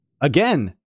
again